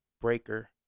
Breaker